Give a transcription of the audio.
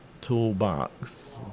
toolbox